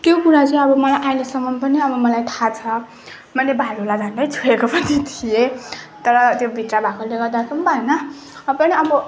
त्यो कुरा चाहिँ अब मलाई अहिलेसम्म पनि अब मलाई थाहा छ मैले भालुलाई झन्डै छोएको पनि थिएँ तर त्यो भित्र भएकोले गर्दा के पनि भएन सबैले अब